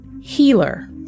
healer